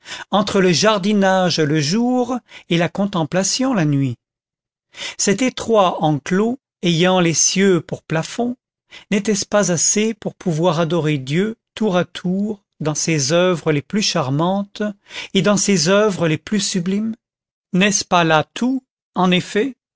entre le jardinage le jour et la contemplation la nuit cet étroit enclos ayant les cieux pour plafond n'était-ce pas assez pour pouvoir adorer dieu tour à tour dans ses oeuvres les plus charmantes et dans ses oeuvres les plus sublimes n'est-ce pas là tout en effet